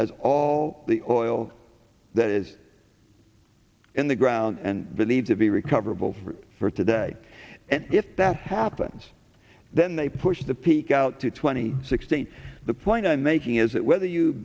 as all the oil that is in the ground and believed to be recoverable for today and if that happens then they push the peak out to twenty six states the point i'm making is that whether you